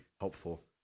helpful